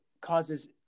causes